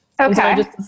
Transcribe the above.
Okay